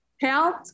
Health